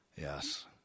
Yes